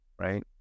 right